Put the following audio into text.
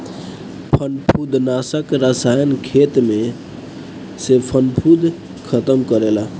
फंफूदनाशक रसायन खेत में से फंफूद खतम करेला